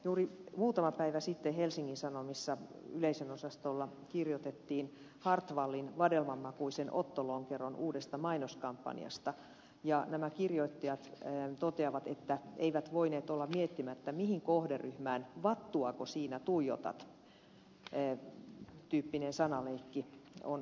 juuri muutama päivä sitten helsingin sanomissa yleisönosastolla kirjoitettiin hartwallin vadelman makuisen otto lonkeron uudesta mainoskampanjasta ja nämä kirjoittajat toteavat että eivät voineet olla miettimättä mihin kohderyhmään vattuako siinä tuijotat tyyppinen sanaleikki on tarkoitettu